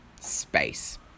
space